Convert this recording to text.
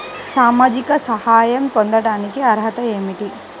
సామాజిక సహాయం పొందటానికి అర్హత ఏమిటి?